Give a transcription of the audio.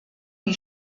die